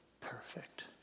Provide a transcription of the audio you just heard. perfect